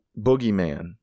Boogeyman